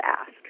ask